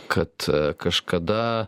kad kažkada